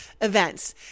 events